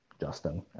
Justin